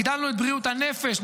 הגדלנו את בריאות הנפש,